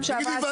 זה אחד.